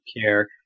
care